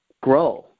grow